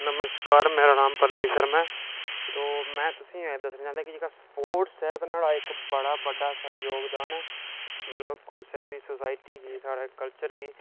नमस्कार मेरा नांऽ प्रदीप शर्मा ऐ तो मैं तुसेंई एह् दस्सना चांह्दा कि जेह्का स्पोटस ऐ ते नुहाड़ा इक बड़ा बड्डा योगदान ऐ मतलब कुसै बी सोसाइटी गी साढ़े कल्चर गी